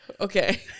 okay